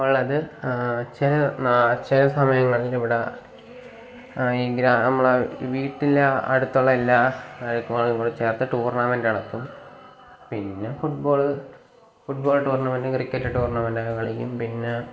ഉളളത് ചില ചില സമയങ്ങളിൽ ഇവിടെ നമ്മുടെ വീട്ടിലെ അടുത്തുള്ള എല്ലാ ചേർത്ത് ടൂർണമെൻറ്റ് നടത്തും പിന്നെ ഫുട്ബോള് ഫുട്ബോൾ ടൂർണമെൻറ്റും ക്രിക്കറ്റ് ടൂർണമെൻറ്റൊക്കെ കളിക്കും പിന്നെ